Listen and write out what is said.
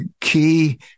key